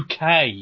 UK